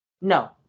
No